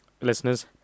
listeners